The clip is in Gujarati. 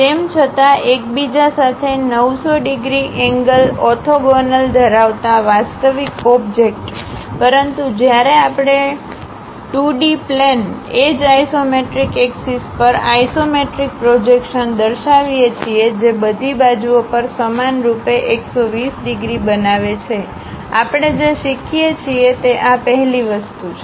તેમ છતાં એકબીજા સાથે 90૦ ડિગ્રી એંગલ ઓથોગોનલ ધરાવતા વાસ્તવિક ઓબ્જેક્ટ પરંતુ જ્યારે આપણે 2D પ્લેન એજ આઇસોમેટ્રિક એક્સિસ પર આઇસોમેટ્રિક પ્રોજેક્શન દર્શાવીએ છીએ જે બધી બાજુઓ પર સમાનરૂપે 120 ડિગ્રી બનાવે છે આપણે જે શીખીએ છીએ તે આ પહેલી વસ્તુ છે